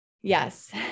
Yes